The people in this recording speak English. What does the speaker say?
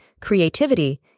creativity